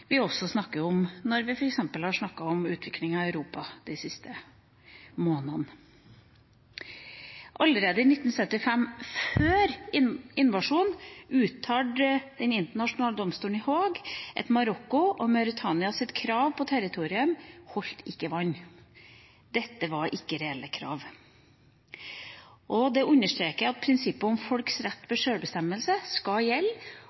vi snakker om når vi f.eks. har snakket om utviklinga i Europa de siste månedene. Allerede i 1975 – før invasjonen – uttalte Den internasjonale domstolen i Haag at Marokko og Mauritanias krav på territoriet ikke holdt vann, at dette ikke var reelle krav, og det understreker at prinsippet om folks rett til sjølbestemmelse skal gjelde